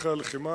במערכי הלחימה.